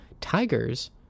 Tigers